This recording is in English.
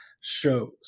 shows